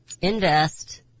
invest